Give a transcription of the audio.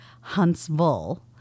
Huntsville